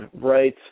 right